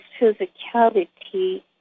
physicality